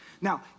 Now